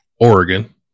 Oregon